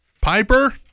Piper